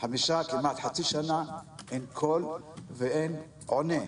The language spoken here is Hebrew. וכמעט חצי שנה אין קול ואין עונה.